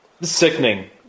Sickening